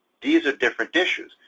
these are different issues,